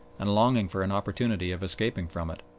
and longing for an opportunity of escaping from it.